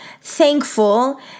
thankful